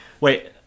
Wait